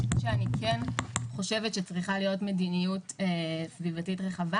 אני רק רוצה להגיד שאני כן חושבת שצריכה להיות מדיניות סביבתית רחבה,